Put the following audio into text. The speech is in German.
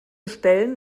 stellen